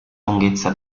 lunghezza